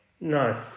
nice